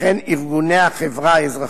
וכן את ארגוני החברה האזרחית.